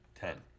Ten